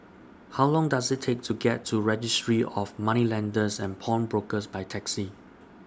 How Long Does IT Take to get to Registry of Moneylenders and Pawnbrokers By Taxi